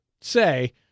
say